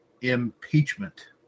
Impeachment